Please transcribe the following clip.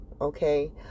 Okay